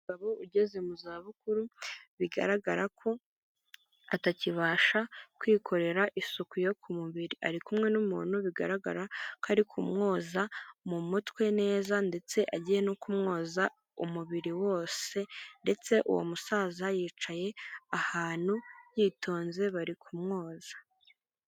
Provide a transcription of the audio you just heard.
Umugabo ugeze mu za bukuru bigaragara ko atakibasha kwikorera isuku yo ku mubiri, ari kumwe n'umuntu bigaragara ko ari kumwoza mu mutwe neza ndetse agiye no kumwoza umubiri wose, ndetse uwo musaza yicaye ahantu yitonze bari kumwoza.